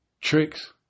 Tricks